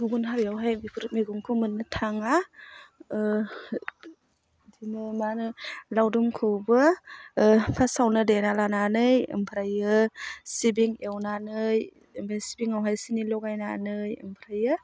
गुबुन हारियावहाय बेफोर मैगंखौ मोननो थाङा बिदिनो मा होनो लावदुमखौबो फार्स्टआवनो देना लानानै ओमफ्रायो सिबिं एवनानै बे सिबिंआवहाय सिनि लगायनानै ओमफ्रायो